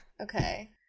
Okay